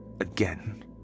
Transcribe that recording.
Again